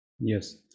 Yes